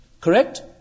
Correct